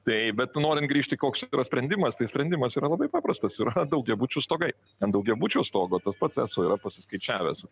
tai bet norint grįžti koks yra sprendimas tai sprendimas yra labai paprastas yra daugiabučių stogai ant daugiabučio stogo tas pats eso yra pasiskaičiavęs